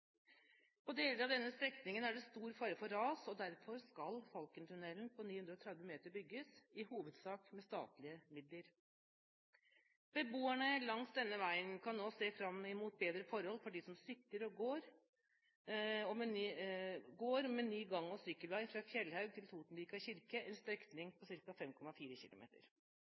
På deler av denne strekningen er det stor fare for ras, og derfor skal Falkentunnelen på 930 meter bygges – i hovedsak med statlige midler. Beboerne langs denne veien kan nå se fram imot bedre forhold for dem som sykler og går, med ny gang- og sykkelvei fra Fjellhaug til Totenvika kirke, en strekning på ca. 5,4 km.